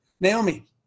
Naomi